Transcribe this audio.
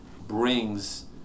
brings